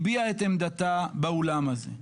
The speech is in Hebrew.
הביעה את עמדתה באולם הזה,